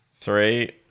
Three